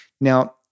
Now